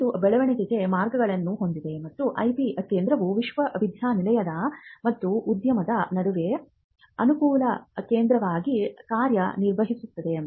ಇದು ಬೆಳವಣಿಗೆಗೆ ಮಾರ್ಗಗಳನ್ನು ಹೊಂದಿದೆ ಮತ್ತು IP ಕೇಂದ್ರವು ವಿಶ್ವವಿದ್ಯಾಲಯ ಮತ್ತು ಉದ್ಯಮದ ನಡುವೆ ಅನುಕೂಲ ಕೇಂದ್ರವಾಗಿ ಕಾರ್ಯನಿರ್ವಹಿಸುತ್ತದೆ